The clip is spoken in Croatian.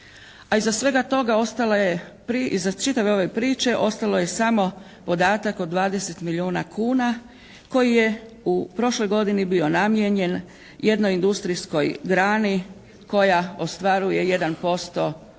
A iza svega toga ostalo je iza čitave ove priče ostalo je samo podatak od 20 milijuna kuna koji je u prošloj godini bio namijenjen jednoj industrijskoj grani koja ostvaruje 1%